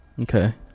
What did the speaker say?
Okay